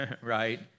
right